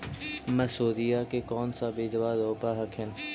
मसुरिया के कौन सा बिजबा रोप हखिन?